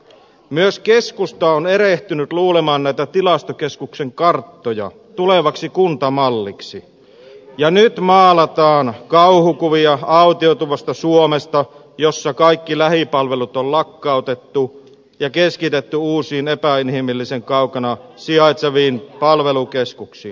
myös keskusta on erehtynyt luulemaan näitä tilastokeskuksen karttoja tulevaksi kuntamalliksi ja nyt maalataan kauhukuvia autioituvasta suomesta jossa kaikki lähipalvelut on lakkautettu ja keskitetty uusiin epäinhimillisen kaukana sijaitseviin palvelukeskuksiin